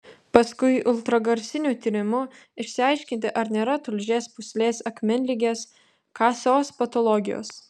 paskui ultragarsiniu tyrimu išsiaiškinti ar nėra tulžies pūslės akmenligės kasos patologijos